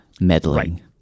meddling